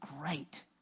great